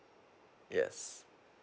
yes